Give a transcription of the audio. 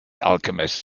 alchemist